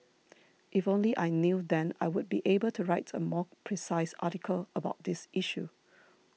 if only I knew then I would be able to write a more precise article about this issue